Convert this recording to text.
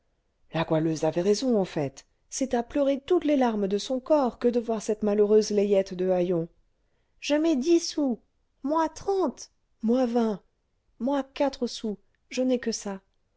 la goualeuse avait raison au fait c'est à pleurer toutes les larmes de son corps que de voir cette malheureuse layette de haillons je mets dix sous moi trente moi vingt moi quatre sous je n'ai que ça